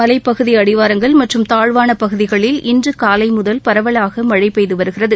மலைப்பகுதி அடிவாரங்கள் மற்றும் தாழ்வான பகுதிகளில் இன்று காலை பரவலாக மழை பெய்து வருகிறது